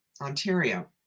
Ontario